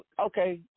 Okay